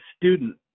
student